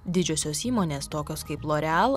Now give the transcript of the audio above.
didžiosios įmonės tokios kaip loreal